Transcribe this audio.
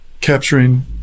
capturing